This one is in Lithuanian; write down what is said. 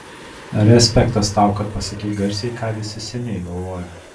respektas tau kad pasakei garsiai ką visi seniai galvojo